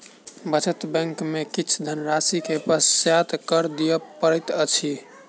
बचत बैंक में किछ धनराशि के पश्चात कर दिअ पड़ैत अछि